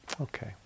Okay